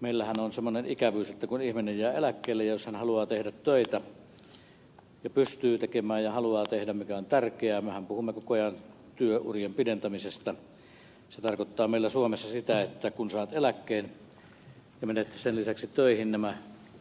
meillähän on semmoinen ikävyys että kun ihminen jää eläkkeelle ja jos hän haluaa tehdä töitä ja pystyy tekemään ja haluaa tehdä mikä on tärkeää mehän puhumme koko ajan työurien pidentämisestä se tarkoittaa meillä suomessa sitä että kun saat eläkkeen ja menet sen lisäksi töihin